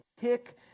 pick